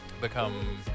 become